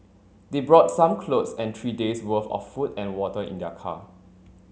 they brought some clothes and three days' worth of food and water in their car